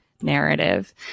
narrative